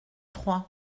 trois